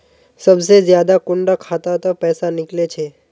सबसे ज्यादा कुंडा खाता त पैसा निकले छे?